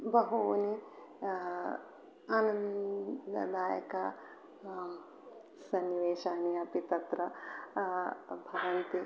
बहूनि आनन्ददायक सन्निवेशाः अपि तत्र भवन्ति